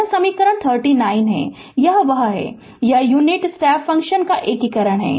यह समीकरण 39 है यह वह है यह यूनिट स्टेप फंक्शन का एकीकरण है